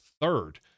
third